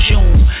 June